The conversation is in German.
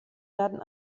werden